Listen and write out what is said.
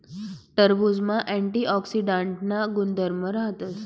टरबुजमा अँटीऑक्सीडांटना गुणधर्म राहतस